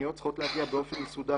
הפניות האלה צריכות להגיע באופן מסודר